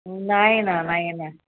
नाही ना नाही ना